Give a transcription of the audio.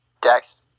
Dex